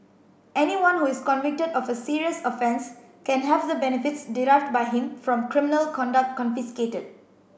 anyone who is convicted of a serious offence can have the benefits derived by him from criminal conduct confiscated